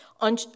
On